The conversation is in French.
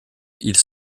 ils